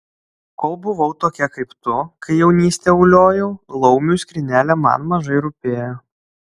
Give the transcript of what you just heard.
kol buvau tokia kaip tu kai jaunystę uliojau laumių skrynelė man mažai rūpėjo